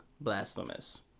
Blasphemous